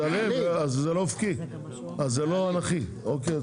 אז זה לא אנכי, אוקיי?